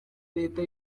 leta